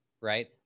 right